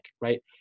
right